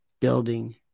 Building